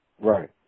Right